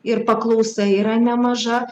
ir paklausa yra nemaža